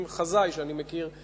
עם חזאי שאני מכיר.